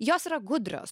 jos yra gudrios